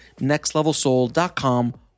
nextlevelsoul.com